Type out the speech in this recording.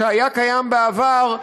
שהיה קיים בעבר,